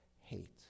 hate